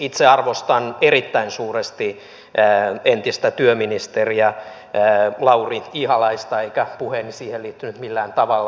itse arvostan erittäin suuresti entistä työministeriä lauri ihalaista eikä puheeni siihen liittynyt millään tavalla